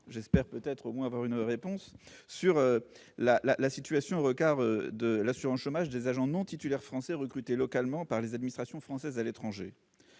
d'autre solution que de vous demander un rapport sur la situation, au regard de l'assurance chômage, des agents non titulaires français recrutés localement par les administrations françaises à l'étranger.